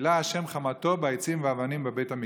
כילה ה' חמתו בעצים ובאבנים בבית המקדש.